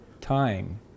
time